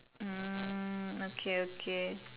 hmm okay okay